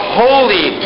holy